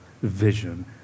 vision